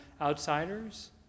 outsiders